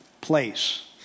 place